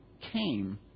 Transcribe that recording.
came